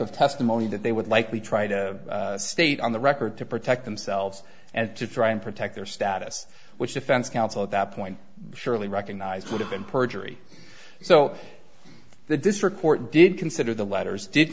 of testimony that they would likely try to state on the record to protect themselves and to try and protect their status which defense counsel at that point surely recognized would have been perjury so the district court did consider the letters did